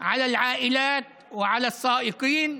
הזה על המשפחות ועל הנהגים?